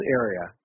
area